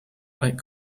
like